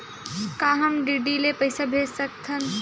का हम डी.डी ले पईसा भेज सकत हन?